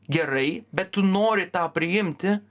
gerai bet tu nori tą priimti